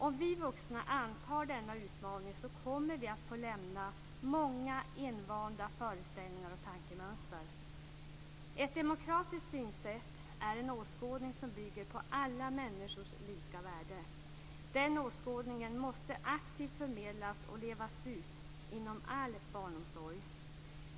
Om vi vuxna antar denna utmaning kommer vi att få lämna många invanda föreställningar och tankemönster. Ett demokratiskt synsätt är en åskådning som bygger på alla människors lika värde. Den åskådningen måste aktivt förmedlas och levas ut inom all barnomsorg.